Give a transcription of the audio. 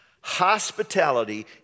Hospitality